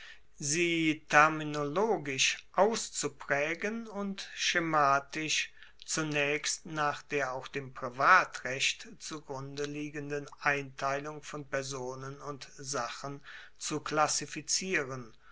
sie terminologisch auszupraegen und schematisch zunaechst nach der auch dem privatrecht zu grunde liegenden einteilung von personen und sachen zu klassifizieren